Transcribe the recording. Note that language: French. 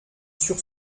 sur